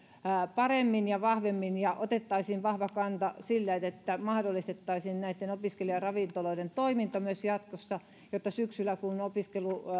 paremmin ja vahvemmin ja otettaisiin vahva kanta sille että mahdollistettaisiin näiden opiskelijaravintoloiden toiminta myös jatkossa jotta syksyllä kun opiskelu